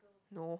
no